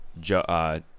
Joe –